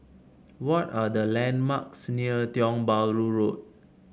what are the landmarks near Tiong Bahru Road